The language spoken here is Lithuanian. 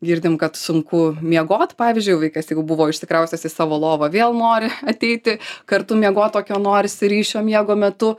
girdim kad sunku miegot pavyzdžiui vaikas jeigu buvo išsikraustęs į savo lovą vėl nori ateiti kartu miegot tokio norisi ryšio miego metu